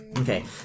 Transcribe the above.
Okay